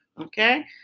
Okay